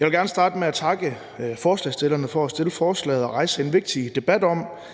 Jeg vil gerne starte med at takke forslagsstillerne for at fremsætte forslaget og rejse en vigtig debat om,